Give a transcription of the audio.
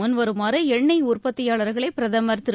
முன்வருமாறு எண்ணெய் உற்பத்தியாளர்களை பிரதமர் திரு